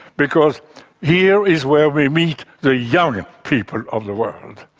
because here is where we meet the young people of the world.